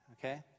okay